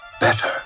better